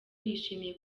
yishimiye